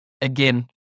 again